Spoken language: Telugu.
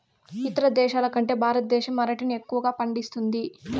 ఇతర దేశాల కంటే భారతదేశం అరటిని ఎక్కువగా పండిస్తుంది